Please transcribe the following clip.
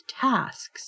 tasks